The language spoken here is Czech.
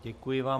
Děkuji vám.